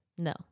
No